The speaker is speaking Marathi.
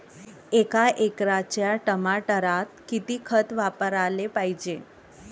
एका एकराच्या टमाटरात किती खत वापराले पायजे?